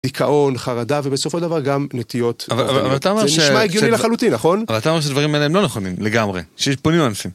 דיכאון, חרדה, ובסופו של דבר גם נטיות, זה נשמע הגיוני לחלוטין, נכון? אבל אתה אומר שדברים מהם לא נכונים לגמרי, שפונים לאנשים.